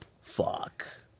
Fuck